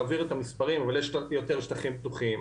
נעביר את המספרים אבל יש יותר שטחים פתוחים.